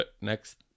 Next